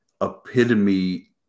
epitome